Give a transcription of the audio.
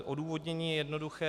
Odůvodnění je jednoduché.